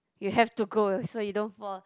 you have to go so you don't fall